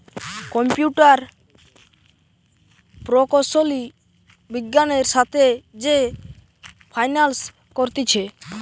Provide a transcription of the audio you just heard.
computer প্রকৌশলী বিজ্ঞানের সাথে যে ফাইন্যান্স করতিছে